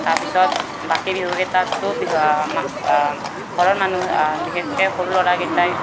তাৰপিছত বাকী বিহুকেইতাটো ঘৰৰ মানুহ বিশেষকৈ সৰু ল'ৰাকেইটাই